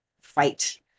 fight